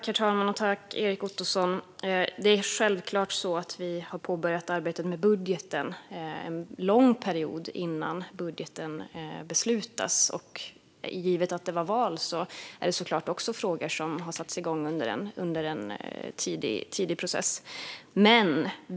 Herr talman! Självklart hade vi påbörjat arbetet med budgeten en lång period innan budgeten skulle beslutas. Givet att det var val är det såklart också frågor som har satts igång under en tidig process.